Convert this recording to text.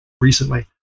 recently